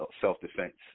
self-defense